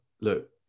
look